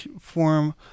form